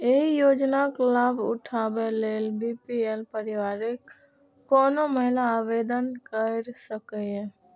एहि योजनाक लाभ उठाबै लेल बी.पी.एल परिवारक कोनो महिला आवेदन कैर सकैए